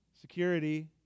security